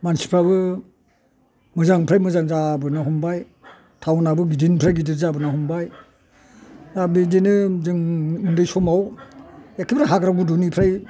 मानसिफ्राबो मोजांनिफ्राय मोजां जाबोनो हमबाय टाउनाबो गिदिरनिफ्राय गिदिर जाबोनो हमबाय दा बिदिनो जों उन्दै समाव एखेबारे हाग्रा गुदुनिफ्राय